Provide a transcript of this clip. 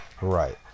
right